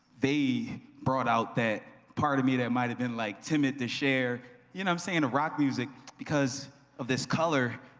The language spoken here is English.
they brought out that part of me that might have been, like, timid to share. you know what i'm saying, rock music, because of this color,